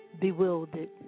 bewildered